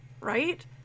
Right